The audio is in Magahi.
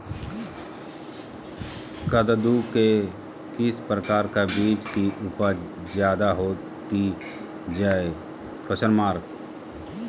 कददु के किस प्रकार का बीज की उपज जायदा होती जय?